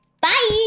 bye